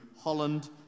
Holland